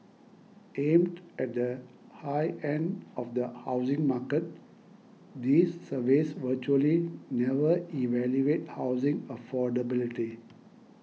aimed at the high end of the housing market these surveys virtually never evaluate housing affordability